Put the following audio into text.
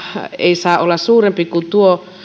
ei saa olla suurempi kuin tuo